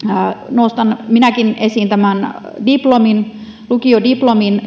nostan minäkin esiin tämän lukiodiplomin